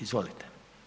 Izvolite.